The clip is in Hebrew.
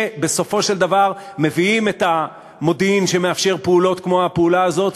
שבסופו של דבר מביאים את המודיעין שמאפשר פעולות כמו הפעולה הזאת,